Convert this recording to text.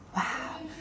!wow!